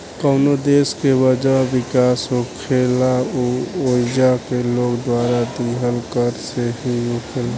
कवनो देश के वजह विकास होखेला उ ओइजा के लोग द्वारा दीहल कर से ही होखेला